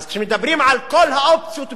כשמדברים על כל האופציות הפתוחות,